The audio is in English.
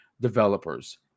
developers